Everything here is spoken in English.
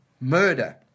murder